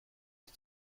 die